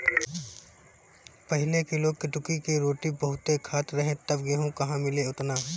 पहिले के लोग कुटकी के रोटी बहुते खात रहे तब गेहूं कहां मिले ओतना